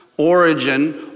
Origin